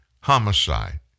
homicide